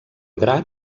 gra